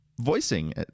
voicing